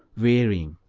varying,